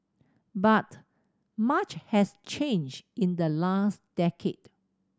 but much has changed in the last decade